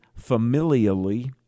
familially